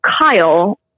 Kyle